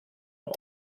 noi